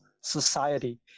society